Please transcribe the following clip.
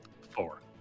Four